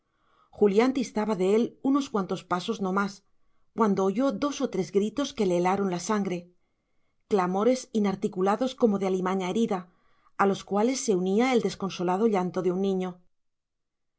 julián distaba de él unos cuantos pasos no más cuando oyó dos o tres gritos que le helaron la sangre clamores inarticulados como de alimaña herida a los cuales se unía el desconsolado llanto de un niño